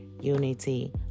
unity